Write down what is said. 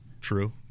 true